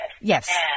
Yes